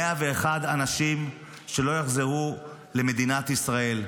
101 אנשים שלא יחזרו למדינת ישראל,